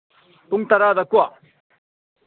ꯄꯨꯡ ꯇꯔꯥꯗ ꯀꯣ